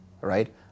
right